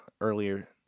earlier